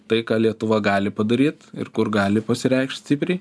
tai ką lietuva gali padaryt ir kur gali pasireikšt stipriai